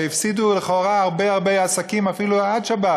והפסידו לכאורה הרבה הרבה עסקים אפילו עד שבת.